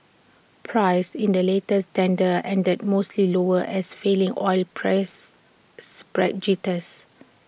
prices in the latest tender ended mostly lower as falling oil prices spread jitters